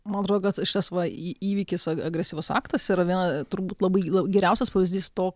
mano atrodo kad šis va į įvykis agresyvus aktas yra viena turbūt labai geriausias pavyzdys to